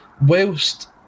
whilst